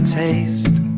taste